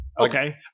Okay